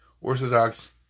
Orthodox